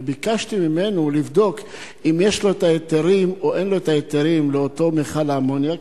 וביקשתי ממנו לבדוק אם יש לו היתרים או אין לו היתרים לאותו מכל אמוניה,